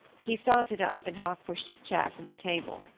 he started up, and half pushed his chair from the table.